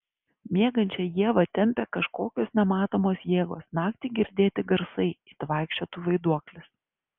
miegančią ievą tempia kažkokios nematomos jėgos naktį girdėti garsai it vaikščiotų vaiduoklis